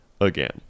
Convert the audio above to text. again